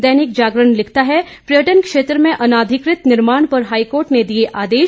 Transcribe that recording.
दैनिक जागरण लिखता है पर्यटन क्षेत्र में अनाधिकृत निर्माण पर हाईकोर्ट ने दिए आदेश